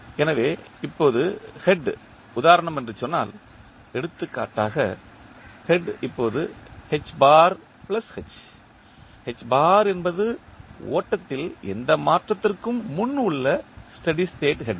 எனவே இப்போது ஹெட் உதாரணம் என்று சொன்னால் எடுத்துக்காட்டாக ஹெட் இப்போது என்பது ஓட்டத்தில் எந்த மாற்றத்திற்கும் முன் உள்ள ஸ்டெடி ஸ்டேட் ஹெட்